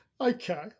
Okay